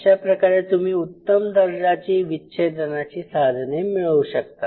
अशा प्रकारे तुम्ही उत्तम दर्जाची विच्छेदनाची साधने मिळवू शकता